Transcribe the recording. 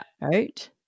Right